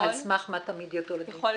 על סמך מה תעמידי אותו לדין?